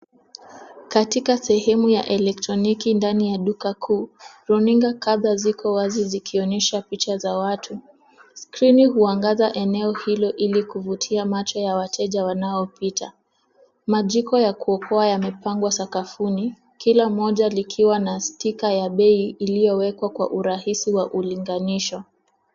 Katika sehemu ya elektroniki ndani ya duka kuu, runinga kadhaa ziko wazi zikionyesha picha za watu. Skrini huangaza eneo hilo ili kuvutia macho ya wateja wanaopita. Majiko ya kuokoa yamepangwa sakafuni, kila moja likiwa na stika ya bei iliyo wekwa kwa urahisi wa ulinganisho.